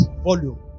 volume